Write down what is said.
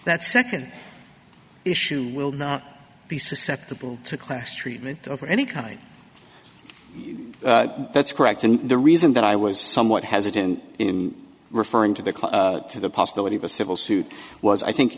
that second issues will not be susceptible to class treatment of any kind that's correct and the reason that i was somewhat hesitant in referring to the close to the possibility of a civil suit was i think